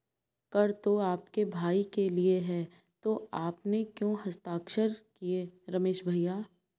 कर तो आपके भाई ने लिया है तो आपने क्यों हस्ताक्षर किए रमेश भैया?